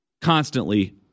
constantly